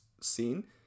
scene